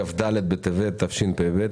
כ"ד בטבת התשפ"ב,